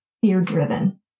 fear-driven